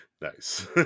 Nice